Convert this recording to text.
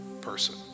person